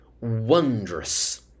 Wondrous